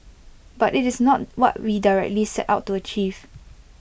but IT is not what we directly set out to achieve